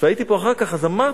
וכשהייתי פה אחר כך אמרתי